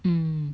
mm